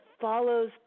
follows